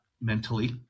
mentally